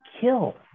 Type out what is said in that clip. kill